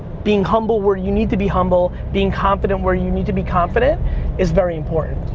being humble where you need to be humble, being confident where you need to be confident is very important.